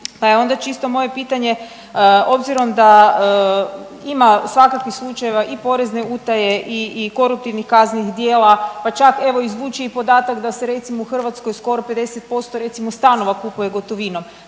pa je onda čisto moje pitanje obzirom da ima svakakvih slučajeva i porezne utaje i, i koruptivnih kaznenih djela, pa čak evo i zvuči i podatak da se recimo u Hrvatskoj skoro 50% recimo stanova kupuje gotovinom,